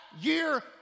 year